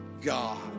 God